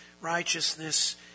righteousness